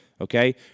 Okay